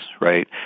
right